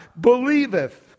Believeth